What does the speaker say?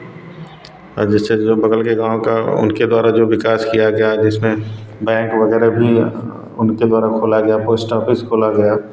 और जैसे जो बगल के गाँव का उनके द्वारा जो विकास किया गया जिसमें बैंक वगैरह भी उनके द्वारा खोला गया पोस्ट ऑफिस खोला गया